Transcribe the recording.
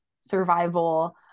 survival